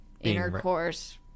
intercourse